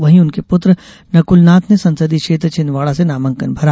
वहीं उनके पुत्र नकुल नाथ ने संसदीय क्षेत्र छिंदवाड़ा से नामांकन भरा